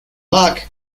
luck